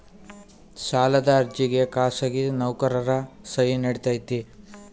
ಸಾಲದ ಅರ್ಜಿಗೆ ಖಾಸಗಿ ನೌಕರರ ಸಹಿ ನಡಿತೈತಿ?